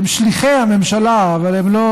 הם שליחי הממשלה, אבל הם לא